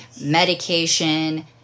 medication